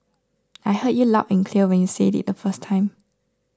I heard you loud and clear when you said it the first time